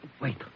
Wait